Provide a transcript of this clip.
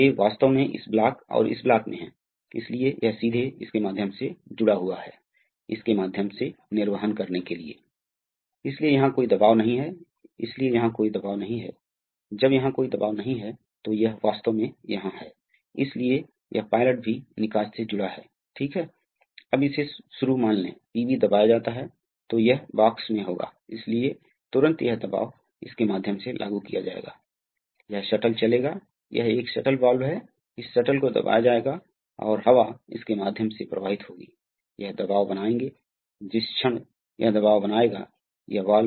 अतः अगले पर चलते हुए यह एक पुनर्योजी रेसिप्रोकेटिंग सर्किट है जो पारंपरिक मोड में बदलाव के साथ है अतः यहां क्या हो रहा है मूल रूप से एक ही प्रकार की चीज जो यहां हो रही है वह है यहां आप देखते हैं कि शुरू में हमारे पास फिर से पंप है क्षमा करें यहां क्या हो रहा है फिर से आपके पास पंप है आपके पास राहत वाल्व है आपके पास सॉलिडोइड्स और हाइड्रोलिक पायलट के साथ तीन स्थितियों में तैनात दिशा वाल्व हैं